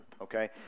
okay